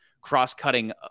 cross-cutting